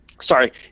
sorry